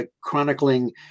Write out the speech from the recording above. chronicling